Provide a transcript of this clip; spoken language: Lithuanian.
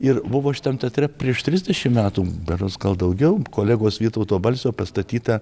ir buvo šitam teatre prieš trisdešim metų berods gal daugiau kolegos vytauto balsio pastatyta